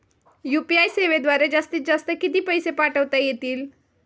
UPI सेवेद्वारे जास्तीत जास्त किती पैसे पाठवता येतील?